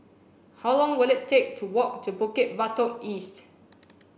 how long will it take to walk to Bukit Batok East